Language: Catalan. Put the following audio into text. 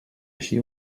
així